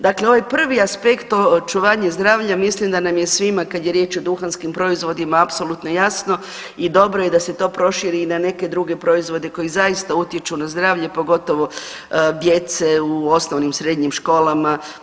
Dakle, ovaj prvi aspekt očuvanje zdravlja mislim da nam je svima kada je riječ o duhanskim proizvodima apsolutno jasno i dobro je da se to proširi i na neke druge proizvode koji zaista utječu na zdravlja pogotovo djece u osnovnim, srednjim školama.